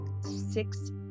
six